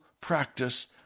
practice